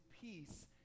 peace